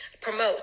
promote